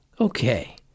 Okay